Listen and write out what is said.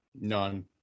None